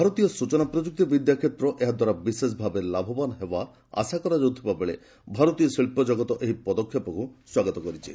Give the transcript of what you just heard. ଭାରତୀୟ ସୂଚନା ପ୍ରଯୁକ୍ତି ବିଦ୍ୟାକ୍ଷେତ୍ର ଏହାଦ୍ୱାରା ବିଶେଷ ଭାବେ ଲାଭବାନ ହେବାର ଆଶା କରାଯାଉଥିବାବେଳେ ଭାରତୀୟ ଶିଳ୍ପ ଜଗତ ଏହି ପଦକ୍ଷେପକୁ ସ୍ୱାଗତ କରିଛି